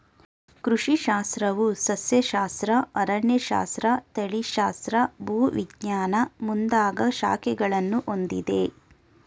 ಕೃಷಿ ಶಾಸ್ತ್ರವು ಸಸ್ಯಶಾಸ್ತ್ರ, ಅರಣ್ಯಶಾಸ್ತ್ರ, ತಳಿಶಾಸ್ತ್ರ, ಭೂವಿಜ್ಞಾನ ಮುಂದಾಗ ಶಾಖೆಗಳನ್ನು ಹೊಂದಿದೆ